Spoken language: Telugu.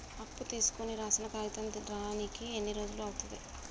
అప్పు తీసుకోనికి రాసిన కాగితం రానీకి ఎన్ని రోజులు అవుతది?